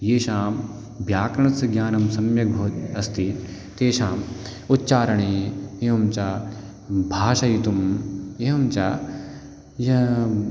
येषां व्याकरणस्य ज्ञानं सम्यक् भव् अस्ति तेषाम् उच्चारणे एवं च भाषयितुम् एवं च य